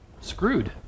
screwed